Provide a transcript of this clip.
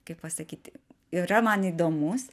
kaip pasakyti yra man įdomus